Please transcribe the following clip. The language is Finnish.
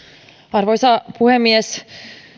arvoisa puhemies